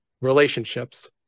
relationships